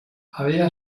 había